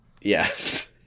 Yes